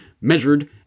measured